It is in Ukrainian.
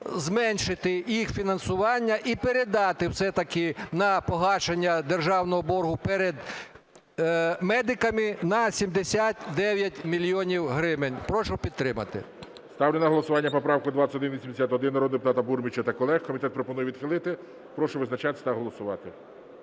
зменшити їх фінансування і передати все-таки на погашення державного боргу перед медиками на 79 мільйонів гривень. Прошу підтримати. ГОЛОВУЮЧИЙ. Ставлю на голосування поправку 2181 народного депутата Бурміча та колег. Комітет пропонує відхилити. Прошу визначатись та голосувати.